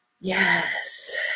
Yes